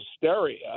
hysteria